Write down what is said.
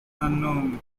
unknown